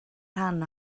rhan